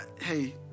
hey